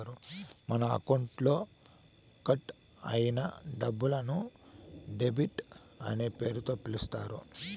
మన అకౌంట్లో కట్ అయిన డబ్బులను డెబిట్ అనే పేరుతో పిలుత్తారు